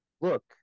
look